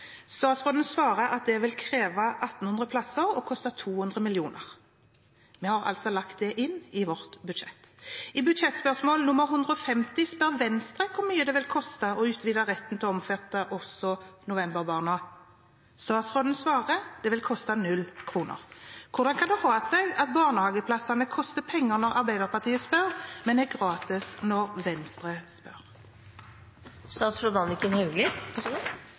Statsråden svarer at det vil kreve 1 800 plasser og koste 200 mill. kr. Vi har altså lagt det inn i vårt budsjett. I budsjettspørsmål nr. 150 spør Venstre hvor mye det vil koste å utvide retten til å omfatte også novemberbarna. Statsråden svarer at det vil koste 0 kr. Hvordan kan det ha seg at barnehageplassene koster penger når Arbeiderpartiet spør, men er gratis når Venstre